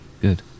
Good